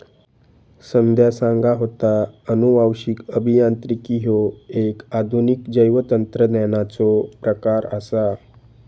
संध्या सांगा होता, अनुवांशिक अभियांत्रिकी ह्यो एक आधुनिक जैवतंत्रज्ञानाचो प्रकार आसा